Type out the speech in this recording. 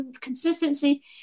consistency